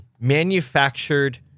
manufactured